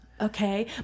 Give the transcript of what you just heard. Okay